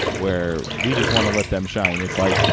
where we just want to let them shine. it's like,